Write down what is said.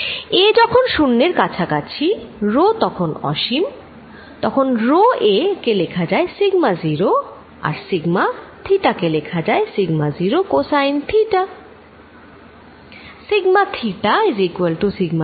a যখন শুন্যের কাছাকাছি rho তখন অসীম তখন rho a কে লেখা যায় sigma 0 আর সিগমা থিটা কে লেখা যায় sigma 0 কোসাইন থিটা